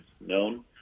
known